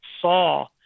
saw